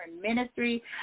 Ministry